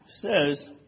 Says